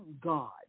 God